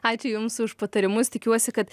ačiū jums už patarimus tikiuosi kad